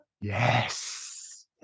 Yes